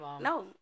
No